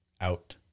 out